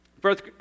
First